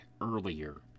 earlier